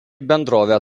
bendrovė